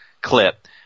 clip